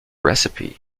recipe